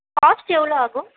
cost எவ்வளோ ஆகும்